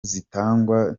zitangwa